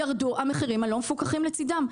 ירדו המחירים הלא מפוקחים לצדם.